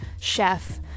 chef